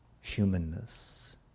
humanness